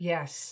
Yes